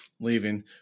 Leaving